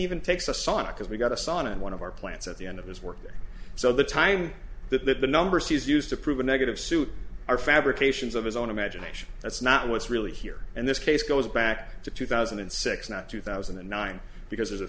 even takes a saw because we got a sauna in one of our plants at the end of his work so the time that the numbers he's used to prove a negative suit are fabrications of his own imagination that's not what's really here and this case goes back to two thousand and six not two thousand and nine because there's a